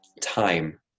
time